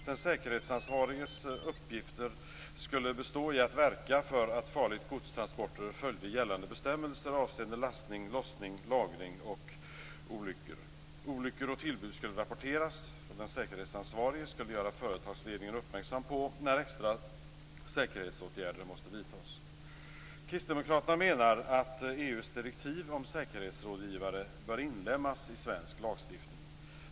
Den säkerhetsansvariges uppgifter skulle bestå i att verka för att farligt-gods-transporter följde gällande bestämmelser avseende lastning, lossning och lagring. Olyckor och tillbud skulle rapporteras, och den säkerhetsansvarige skulle uppmärksamma företagsledningen när extra säkerhetsåtgärder måste vidtas. Kristdemokraterna menar att EU:s direktiv om säkerhetsrådgivare bör inlemmas i svensk lagstiftning.